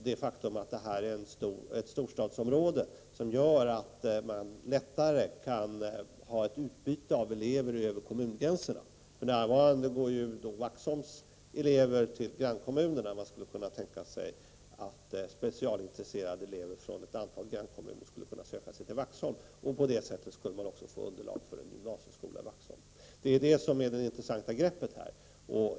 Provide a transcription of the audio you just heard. Det faktum att det är ett storstadsområde gör att man lättare kan ha ett utbyte av elever över kommungränserna. För närvarande går ju Vaxholms elever till grannkommunerna. Man skulle kunna tänka sig att specialintresserade elever från ett antal grannkommuner skulle kunna söka sig till Vaxholm. På det sättet skulle man också få underlag för en gymnasieskola i Vaxholm. Det är det som är det intressanta greppet här.